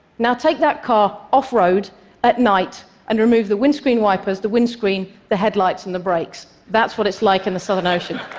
now take that car off road at night and remove the windscreen wipers, the windscreen, the headlights and the brakes. that's what it's like in the southern ocean.